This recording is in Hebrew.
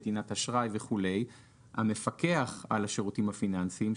נתינת אשראי וכולי - המפקח על השירותים הפיננסיים,